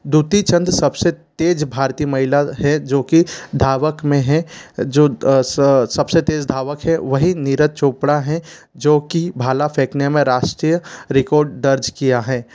दूती चन्द सब से तेज़ भारतीय महिला है जो कि धावक मे हैं जो सब से तेज़ धावक हैं वही नीरज चौपड़ा हैं जो कि भाला फेंकने मे राष्ट्रीय रिकॉर्ड दर्ज किया है